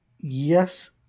Yes